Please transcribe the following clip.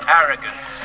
arrogance